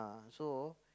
ah so